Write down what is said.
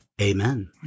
Amen